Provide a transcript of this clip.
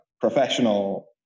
professional